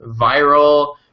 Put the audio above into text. viral